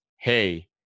hey